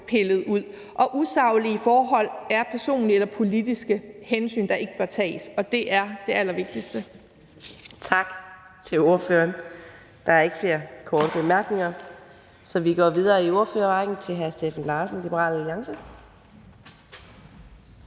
pillet ud. Og det med usaglige forhold er personlige og politiske hensyn, der ikke bør tages, og det er det allervigtigste. Kl. 13:50 Fjerde næstformand (Karina Adsbøl): Tak til ordføreren. Der er ikke flere korte bemærkninger, så vi går videre i ordførerrækken til hr. Steffen Larsen, Liberal Alliance.